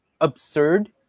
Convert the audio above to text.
absurd